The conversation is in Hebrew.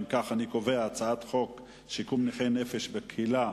אם כך, אני קובע שהצעת חוק שיקום נכי נפש בקהילה,